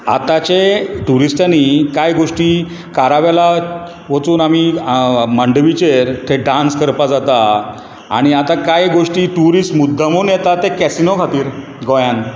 आताचे ट्युरिस्टानी कांय गोश्टी कारावेला वचून आमी मांडवीचेर थय डांस करपाक जाता आनी आतां कांय गोश्टी ट्यरिस्ट मुद्दामून येता ते कॅसिनो खातीर गोंयान